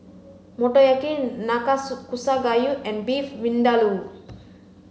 Motoyaki Nanakusa Gayu and Beef Vindaloo